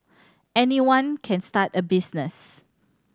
anyone can start a business